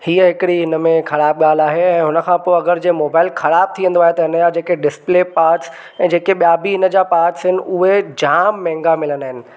हीअ हिकिड़ी हिन में ख़राबु ॻाल्हि आहे ऐं उन खां पोइ अगरि जे मोबाइल ख़राबु थी वेंदो आहे त हिन जा जेके डिसप्ले पार्ट्स ऐं जेके ॿिया बि हिनजा जेके पार्ट्स आहिनि उहे जामु महांगा मिलंदा आहिनि